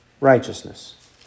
righteousness